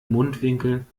mundwinkeln